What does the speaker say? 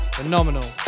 phenomenal